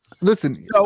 listen